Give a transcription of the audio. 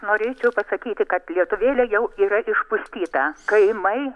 norėčiau pasakyti kad lietuvėlė jau yra išpustyta kaimai